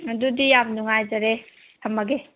ꯑꯗꯨꯗꯤ ꯌꯥꯝ ꯅꯨꯡꯉꯥꯏꯖꯔꯦ ꯊꯝꯃꯒꯦ